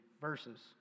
verses